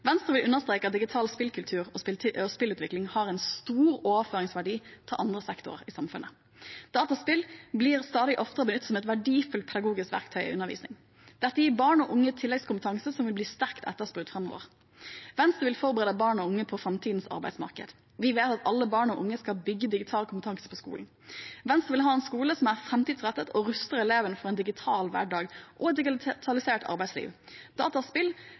Venstre vil understreke at digital spillkultur og spillutvikling har en stor overføringsverdi til andre sektorer i samfunnet. Dataspill blir stadig oftere benyttet som et verdifullt pedagogisk verktøy i undervisning. Dette gir barn og unge tilleggskompetanse som vil bli sterkt etterspurt framover. Venstre vil forberede barn og unge på framtidens arbeidsmarked. Vi mener at alle barn og unge skal bygge digital kompetanse på skolen. Venstre vil ha en skole som er framtidsrettet og ruster elevene for en digital hverdag og et digitalisert arbeidsliv. Dataspill